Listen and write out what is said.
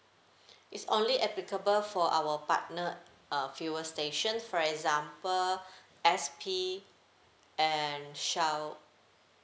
it's only applicable for our partner uh fuel stations for example S_P and shell